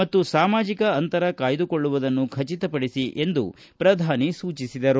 ಮತ್ತು ಸಾಮಾಜಿಕ ಅಂತರ ಕಾಯ್ದುಕೊಳ್ಳುವುದನ್ನು ಖಚಿತಪಡಿಸಿ ಎಂದು ಪ್ರಧಾನಿ ಸೂಚಿಸಿದರು